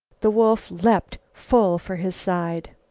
the wolf leaped full for his side.